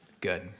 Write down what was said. Good